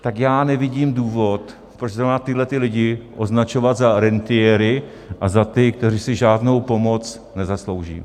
Tak já nevidím důvod, proč zrovna tyhlety lidi označovat za rentiéry a za ty, kteří si žádnou pomoc nezaslouží.